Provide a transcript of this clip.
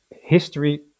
history